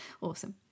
awesome